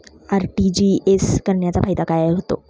RTGS करण्याचा फायदा काय होतो?